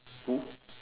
who